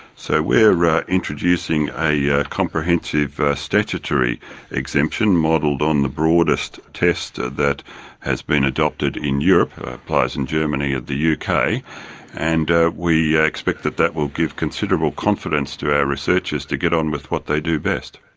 so we're introducing a yeah comprehensive statutory exemption modelled on the broadest test ah that has been adopted in europe, it applies in germany and the yeah uk, and ah we expect that that will give considerable confidence to our researchers to get on with what they do best.